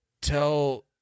tell